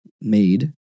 made